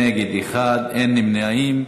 נגד, 1, אין נמנעים.